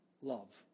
Love